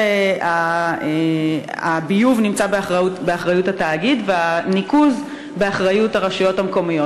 הביוב נמצא באחריות התאגיד והניקוז באחריות הרשויות המקומיות.